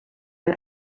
een